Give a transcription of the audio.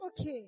okay